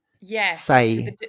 yes